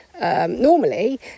Normally